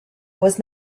was